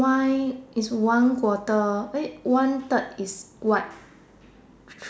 mine is one quarter eh one third is white